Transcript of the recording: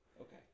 Okay